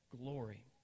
glory